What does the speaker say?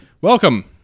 Welcome